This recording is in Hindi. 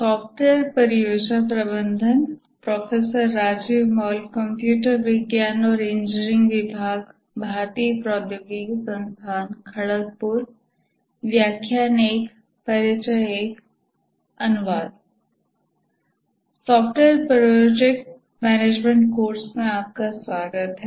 सॉफ्टवेयर प्रोजेक्ट मैनेजमेंट कोर्स में आपका स्वागत है